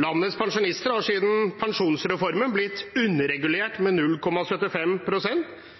Landets pensjonister har siden pensjonsreformen blitt underregulert med